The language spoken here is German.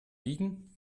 wiegen